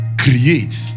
create